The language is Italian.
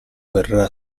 verrà